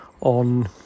on